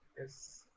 Yes